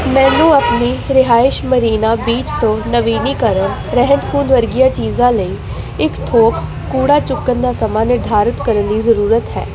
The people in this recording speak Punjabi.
ਮੈਨੂੰ ਆਪਣੀ ਰਿਹਾਇਸ਼ ਮਰੀਨਾ ਬੀਚ ਤੋਂ ਨਵੀਨੀਕਰਨ ਰਹਿੰਦ ਖੂੰਹਦ ਵਰਗੀਆਂ ਚੀਜ਼ਾਂ ਲਈ ਇੱਕ ਥੋਕ ਕੂੜਾ ਚੁੱਕਣ ਦਾ ਸਮਾਂ ਨਿਰਧਾਰਤ ਕਰਨ ਦੀ ਜ਼ਰੂਰਤ ਹੈ